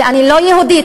ואני לא יהודית,